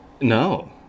no